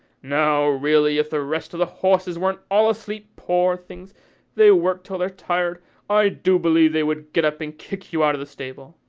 now really if the rest of the horses weren't all asleep, poor things they work till they're tired i do believe they would get up and kick you out of the stable.